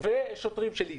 ושוטרים שלי.